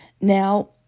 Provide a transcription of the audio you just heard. Now